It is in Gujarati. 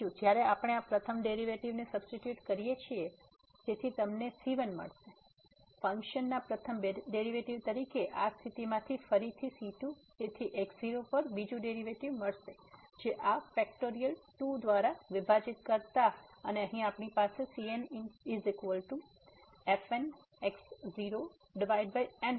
બીજું જ્યારે આપણે આ પ્રથમ ડેરીવેટીવ ને સબસ્ટીટ્યુટ કરીએ છીએ જેથી તમને c1 મળશે ફંકશન ના પ્રથમ ડેરીવેટીવ તરીકે આ સ્થિતિમાંથી ફરીથી c2 તેથી x0 પર બીજું ડેરીવેટીવ મળશે જે આ ફેક્ટોરિયલ 2 દ્વારા વિભાજિત કરતા અને અહી આપણી પાસે cnfnx0n